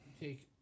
take